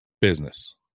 business